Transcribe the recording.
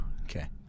Okay